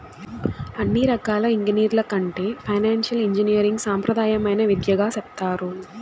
అన్ని రకాల ఎంగినీరింగ్ల కంటే ఫైనాన్సియల్ ఇంజనీరింగ్ సాంప్రదాయమైన విద్యగా సెప్తారు